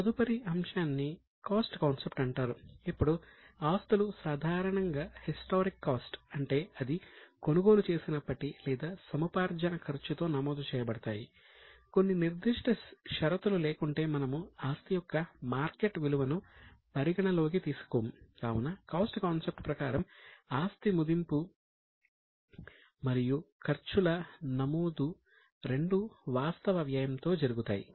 తదుపరి అంశాన్ని cost concept ప్రకారం ఆస్తి మదింపు మరియు ఖర్చుల నమోదు రెండూ వాస్తవ వ్యయంతో జరుగుతాయి